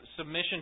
submission